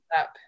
up